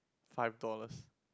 five dollars